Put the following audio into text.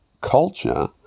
culture